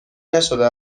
نشده